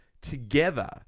together